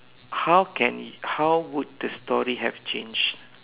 how can how would the story have changed